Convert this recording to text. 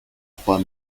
trois